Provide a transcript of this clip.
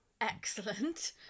Excellent